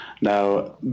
now